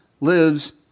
lives